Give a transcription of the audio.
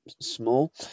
small